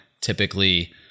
Typically